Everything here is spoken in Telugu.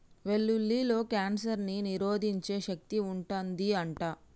వెల్లుల్లిలో కాన్సర్ ని నిరోధించే శక్తి వుంటది అంట